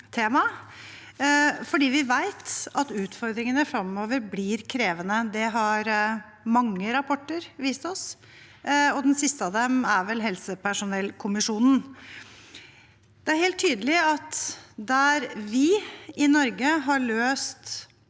vi vet at utfordringene fremover blir krevende. Det har mange rapporter vist oss, og den siste av dem er vel helsepersonellkommisjonens. Det er helt tydelig at der vi i Norge har løst